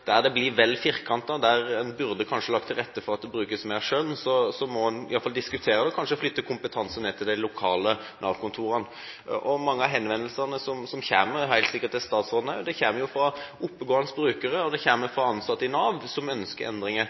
der det blir vel firkantet og man burde ha lagt til rette for at det kunne brukes mer skjønn, må man i alle fall diskutere det og kanskje flytte kompetanse ned til de lokale Nav-kontorene. Mange av henvendelsene som kommer – helt sikkert også til statsråden – kommer fra oppegående brukere, og de kommer fra ansatte i Nav som ønsker endringer.